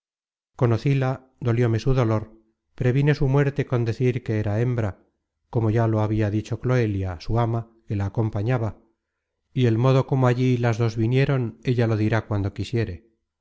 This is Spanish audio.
sacrificada conocíla dolióme su dolor previne su muerte con decir que era hembra como ya lo habia dicho cloelia su ama que la acompañaba y el modo como allí las dos vinieron ella lo dirá cuando quisiere